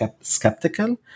skeptical